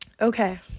Okay